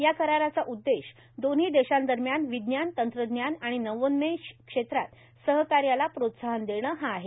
या कराराचा उद्देश दोन्ही देशांदरम्यान विज्ञान तंत्रज्ञान आणि नवोन्मेष क्षेत्रात सहकार्याला प्रोत्साहन देणे हा आहे